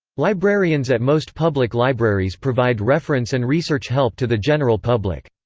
librarians at most public libraries provide reference and research help to the general public.